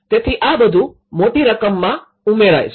તેથી આ બધું મોટી રકમમાં ઉમેરાય છે